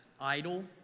idle